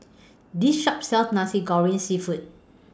This Shop sells Nasi Goreng Seafood